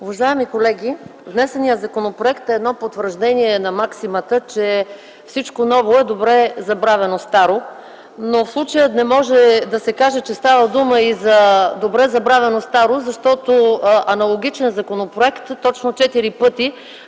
Уважаеми колеги, внесеният законопроект е едно потвърждение на максимата, че всичко ново е добре забравено старо. Но в случая не може да се каже, че става дума и за добре забравено старо, защото аналогичен законопроект точно четири